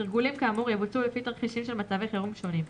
תרגולים כאמור יבוצעו לפי תרחישים של מצבי חירום שונים,